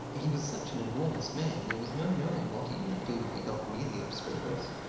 he was such an enormous man there was no knowing what he might do if he got really obstreperous.